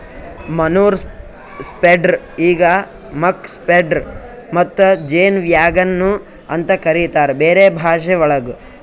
manure spreader ಈಗ್ muck spreader ಮತ್ತ ಜೇನ್ ವ್ಯಾಗನ್ ನು ಅಂತ ಕರಿತಾರ್ ಬೇರೆ ಭಾಷೆವಳಗ್